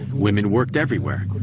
women worked everywhere.